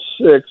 six